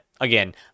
again